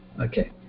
okay